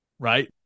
Right